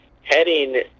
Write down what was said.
heading